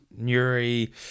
Nuri